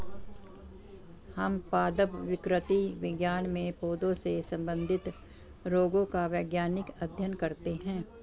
हम पादप विकृति विज्ञान में पौधों से संबंधित रोगों का वैज्ञानिक अध्ययन करते हैं